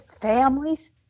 families